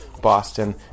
Boston